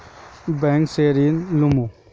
Bank से ऋण लुमू?